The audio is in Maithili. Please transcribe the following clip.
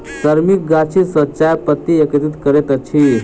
श्रमिक गाछी सॅ चाय पत्ती एकत्रित करैत अछि